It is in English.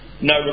no